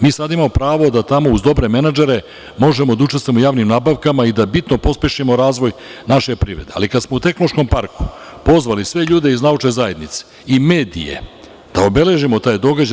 Mi sada imamo pravo da uz dobre menadžere možemo da učestvujemo u javnim nabavkama i da bitno pospešimo razvoj naše privrede, ali kada smo u Tehnološkom parku pozvali sve ljude iz naučne zajednice i medije da obeležimo taj događaj.